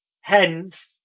Hence